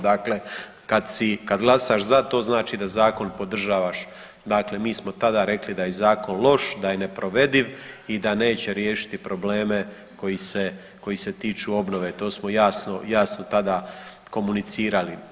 Dakle, kad glasaš za to znači da zakon podržavaš, dakle mi smo tada rekli da je zakon loš, da je neprovediv i da neće riješiti probleme koji se, koji se tiču obnove, to smo jasno, jasno tada komunicirali.